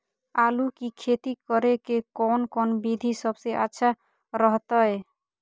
आलू की खेती करें के कौन कौन विधि सबसे अच्छा रहतय?